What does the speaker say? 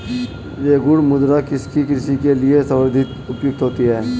रेगुड़ मृदा किसकी कृषि के लिए सर्वाधिक उपयुक्त होती है?